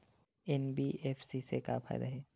NBFC से का फ़ायदा हे?